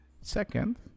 Second